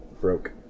Broke